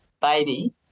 baby